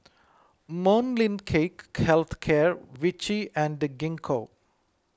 Molnylcke Health Care Vichy and Gingko